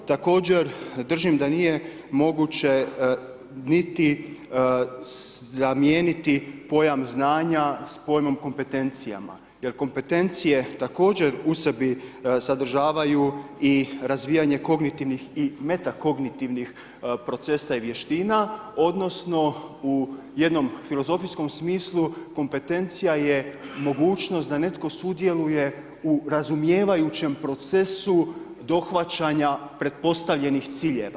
Također držim da nije moguće niti zamijeniti pojam znanja s pojmom kompetencijama, jer kompetencije također u sebi sadržavaju i razvijanje kognitivnih i metakognitivnih procesa i vještina, odnosno u jednom filozofijskom smislu kompetencija je mogućnost da netko sudjeluje u razumijevajućem procesu dohvaćanja pretpostavljenih ciljeva.